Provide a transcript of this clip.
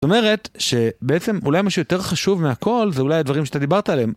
זאת אומרת שבעצם אולי מה שיותר חשוב מהכל זה אולי הדברים שאתה דיברת עליהם.